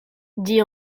dit